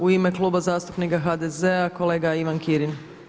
U ime Kluba zastupnika HDZ-a kolega Ivan Kirin.